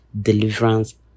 deliverance